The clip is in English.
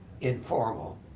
informal